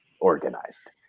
organized